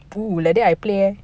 oh like that I play eh